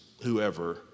whoever